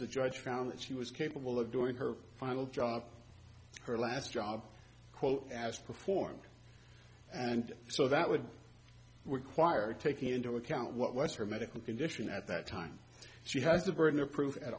because the judge found that she was capable of doing her final job her last job quote as performed and so that would require taking into account what was her medical condition at that time she has the burden of proof a